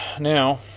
Now